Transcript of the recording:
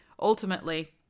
ultimately